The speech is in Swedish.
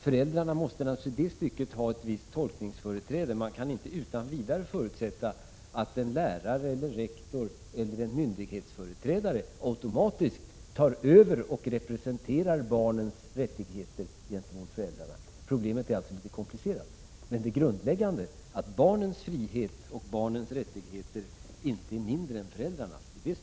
Föräldrarna måste naturligtvis i det stycket ha ett visst tolkningsföreträde. Man kan inte utan vidare förutsätta att en lärare, en rektor eller en myndighetsföreträdare automatiskt tar över och representerar barnen i fråga om deras rättigheter gentemot föräldrarna. Problemet är alltså komplicerat. Men jag är helt överens med Torgny Larsson när det gäller det grundläggande, nämligen att barnens frihet och barnens rättigheter inte är mindre viktiga än föräldrarnas.